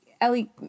Ellie